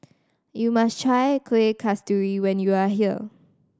you must try Kueh Kasturi when you are here